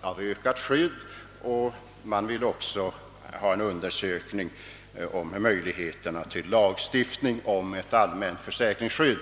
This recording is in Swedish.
av ökat skydd genom grupplivförsäkring. De vill också att en utredning skall komma till stånd om möjligheterna till lagstiftning rörande ett allmänt försäkringsskydd.